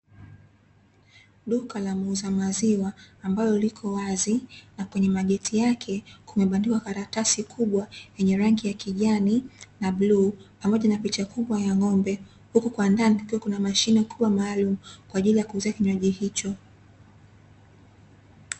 Duka la muuza maziwa ambalo liko wazi, na kwenye mageti yake kumebandikwa karatasi kubwa yenye rangi ya kijani na buluu, pamoja na picha kubwa ya ng'ombe huku kwa ndani kukiwa na mashine kubwa, maalumu kwaajili ya kuuzia kinywaji hicho.